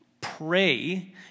pray